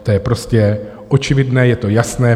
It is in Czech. To je prostě očividné, je to jasné.